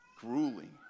grueling